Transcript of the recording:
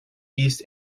east